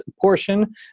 portion